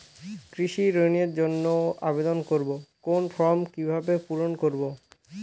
কৃষি ঋণের জন্য আবেদন করব কোন ফর্ম কিভাবে পূরণ করব?